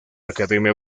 academia